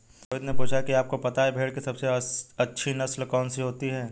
रोहित ने पूछा कि आप को पता है भेड़ की सबसे अच्छी नस्ल कौन सी होती है?